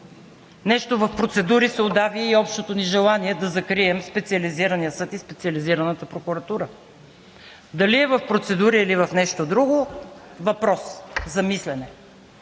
Нещо в процедури се удави и общото ни желание да закрием Специализирания съд и Специализираната прокуратура. Дали е в процедури или в нещо друго – въпрос за мислене.